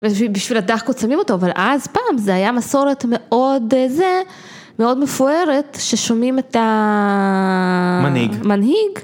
בשביל הדחקות שמים אותו אבל אז פעם זה היה מסורת מאוד מפוארת ששומעים את המנהיג.